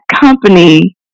company